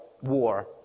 war